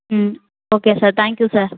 ம் okay sir thank you sir